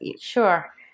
Sure